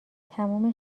تموم